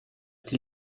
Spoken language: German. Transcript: die